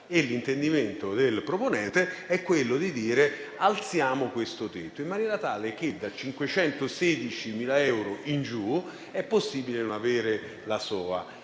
e l'intendimento del proponente è quello di alzare questo tetto, in maniera tale che da 516.000 euro in giù sia possibile non avere la